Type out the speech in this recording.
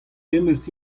memes